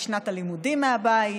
היא שנת הלימודים מהבית,